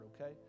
okay